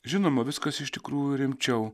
žinoma viskas iš tikrųjų rimčiau